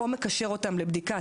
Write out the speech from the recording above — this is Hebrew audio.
או מקשר אותם לבדיקה,